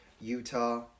Utah